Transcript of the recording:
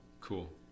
cool